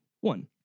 one